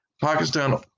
Pakistan